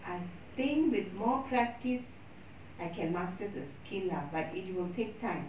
I think with more practice I can master the skill lah but it will take time